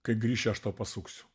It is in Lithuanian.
kai grįši aš tau pasuksiu